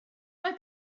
mae